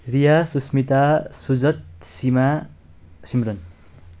Riya Susmita Sujata Seema Simran